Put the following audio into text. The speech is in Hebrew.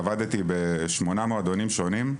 ועבדתי בשמונה מועדונים שונים,